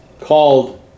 called